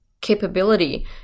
capability